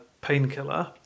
painkiller